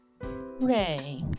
Ray